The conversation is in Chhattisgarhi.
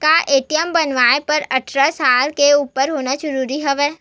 का ए.टी.एम बनवाय बर अट्ठारह साल के उपर होना जरूरी हवय?